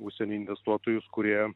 užsienio investuotojus kurie